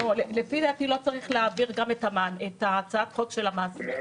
לפי דעתי לא צריך להעביר גם את הצעת החוק של המעסיקים